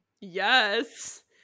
Yes